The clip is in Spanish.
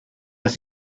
las